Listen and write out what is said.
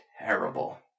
terrible